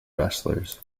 wrestlers